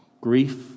grief